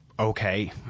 okay